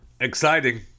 Exciting